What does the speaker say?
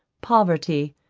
poverty,